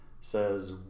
says